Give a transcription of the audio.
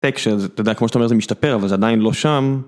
אתה יודע כמו שאתה אומר זה משתפר אבל זה עדיין לא שם